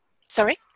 Sorry